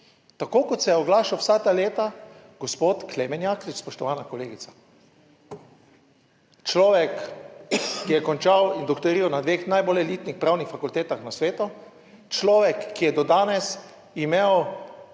Tako kot se je oglašal vsa ta leta gospod Klemen Jaklič, spoštovana kolegica. Človek, ki je končal in doktoriral na dveh najbolj elitnih pravnih fakultetah na svetu. Človek, ki je do danes imel